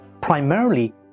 primarily